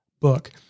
book